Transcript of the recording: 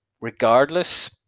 regardless